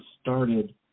started